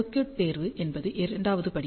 circuit தேர்வு என்பது இரண்டாவது படி